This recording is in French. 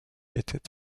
était